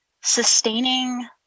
sustaining